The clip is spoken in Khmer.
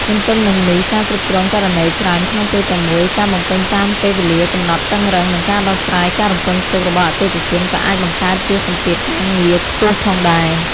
ទទ្ទឹមនឹងនេះ ការគ្រប់គ្រងករណីច្រើនក្នុងពេលតែមួយ ការបំពេញតាមពេលវេលាកំណត់តឹងរ៉ឹង និងការដោះស្រាយការរំពឹងទុករបស់អតិថិជនក៏អាចបង្កើតជាសម្ពាធការងារខ្ពស់ផងដែរ។